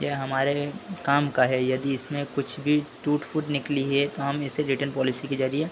यह हमारे काम का है यदि इसमें कुछ भी टूट फुट निकली है तो हम इसे रिटर्न पॉलिसी के ज़रिये